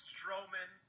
Strowman